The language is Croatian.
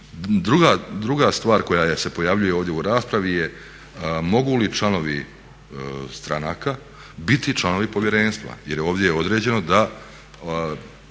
Druga stvar koja se pojavljuje ovdje u raspravi je mogu li članovi stranaka biti članovi povjerenstva, jer je ovdje određeno da